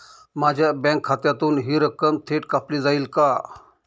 माझ्या बँक खात्यातून हि रक्कम थेट कापली जाईल का?